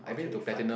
or twenty five